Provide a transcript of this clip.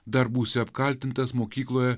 dar būsi apkaltintas mokykloje